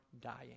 dying